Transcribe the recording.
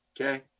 okay